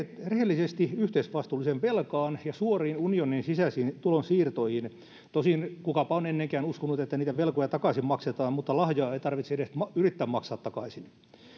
rehellisesti yhteisvastuulliseen velkaan ja suoriin unionin sisäisiin tulonsiirtoihin tosin kukapa on ennenkään uskonut että niitä velkoja takaisin maksetaan mutta lahjaa ei tarvitse edes yrittää maksaa takaisin